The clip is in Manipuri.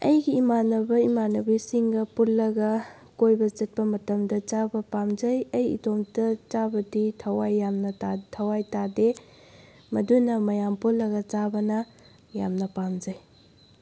ꯑꯩꯒꯤ ꯏꯃꯥꯟꯅꯕ ꯏꯃꯥꯟꯅꯕꯤꯁꯤꯡꯒ ꯄꯨꯜꯂꯒ ꯀꯣꯏꯕ ꯆꯠꯄ ꯃꯇꯝꯗ ꯆꯥꯕ ꯄꯥꯝꯖꯩ ꯑꯩ ꯏꯇꯣꯝꯗ ꯆꯥꯕꯗꯤ ꯊꯋꯥꯏ ꯌꯥꯝꯅ ꯊꯋꯥꯏ ꯇꯥꯗꯦ ꯃꯗꯨꯅ ꯃꯌꯥꯝ ꯄꯨꯜꯂꯒ ꯆꯥꯕꯅ ꯌꯥꯝꯅ ꯄꯥꯝꯖꯩ